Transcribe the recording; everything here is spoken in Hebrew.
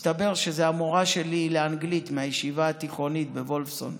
מסתבר שזאת המורה שלי לאנגלית מהישיבה התיכונית בוולפסון.